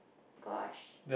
gosh